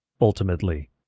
ultimately